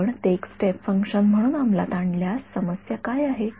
आपण ते एक स्टेप फंक्शन म्हणून अंमलात आणल्यास समस्या काय आहे